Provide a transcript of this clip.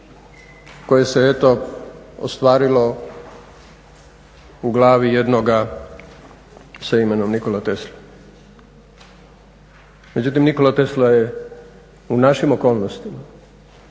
koje se eto ostvarilo u glavi jednoga sa imenom Nikola Tesla. Međutim, Nikola Tesla je u našim okolnostima,